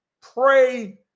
pray